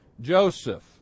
Joseph